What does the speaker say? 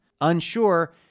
unsure